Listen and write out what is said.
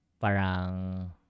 parang